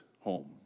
home